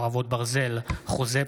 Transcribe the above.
חרבות ברזל) (חוזה,